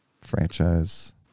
Franchise